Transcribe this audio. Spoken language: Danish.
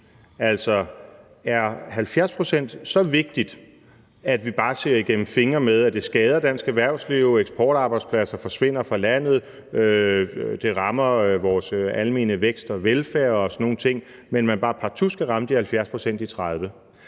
altså, er 70 pct. så vigtigt, at vi bare ser igennem fingre med, at det skader dansk erhvervsliv, eksportarbejdspladser forsvinder fra landet og det rammer vores almene vækst og velfærd og sådan nogle ting, og at man bare partout skal ramme de 70 pct.